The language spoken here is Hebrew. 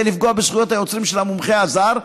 לפגוע בזכויות היוצרים של המומחה הזר,